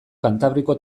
kantabriko